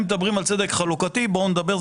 אם מדברים על צדק חלוקתי, בואו נדבר.